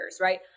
right